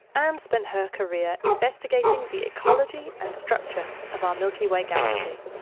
anne spent her career investigating the ecology and structure of our milky way galaxy.